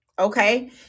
Okay